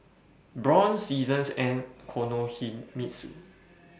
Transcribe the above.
Braun Seasons and Kinohimitsu